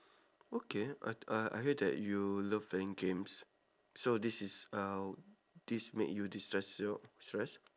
okay I I I heard that you love playing games so this is a this make you destress your stress